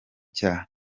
cya